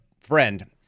friend